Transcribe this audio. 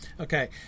Okay